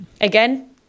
Again